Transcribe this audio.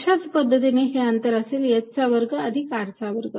अशाच पद्धतीने हे अंतर असेल h चा वर्ग अधिक R चा वर्ग